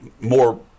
more